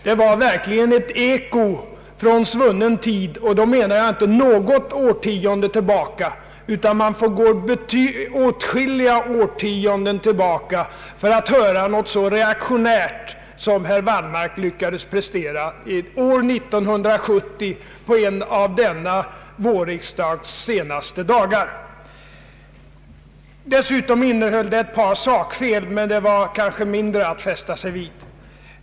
Det var verkligen ett eko från en svunnen tid — och med det menar jag inte något årtionde, utan man får gå åtskilliga årtionden tillbaka i tiden för att hitta något så reaktionärt som vad herr Wallmark lyckades prestera år 1970 på en av denna vårriksdags sista dagar. Dessutom innehöll anförandet ett par sakfel; men det är kanske mindre att fästa sig vid.